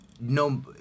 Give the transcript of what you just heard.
no